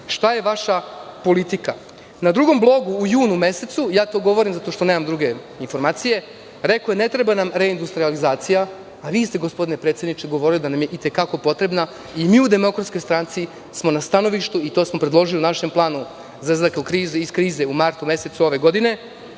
Šta je vaša politika? Na drugom blogu u junu mesecu, to govorim pošto nemam informacije, rekao je – ne treba nam deindustralizacija, a vi ste govorili da nam je i te kako potrebna i mi u DS smo na stanovištu, i to smo predložili u našem planu za izlazak iz krize u martu mesecu ove godine,